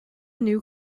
new